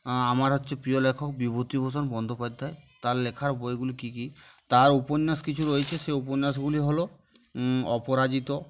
আমার হচ্ছে প্রিয় লেখক বিভূতিভূষণ বন্দ্যোপাধ্যায় তার লেখার বইগুলি কী কী তার উপন্যাস কিছু রয়েছে সেই উপন্যাসগুলি হলো অপরাজিত